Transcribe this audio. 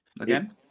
Again